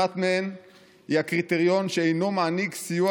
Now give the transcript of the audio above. אחת מהן היא הקריטריון שאינו מעניק סיוע